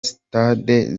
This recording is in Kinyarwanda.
stade